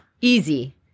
Easy